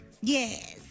Yes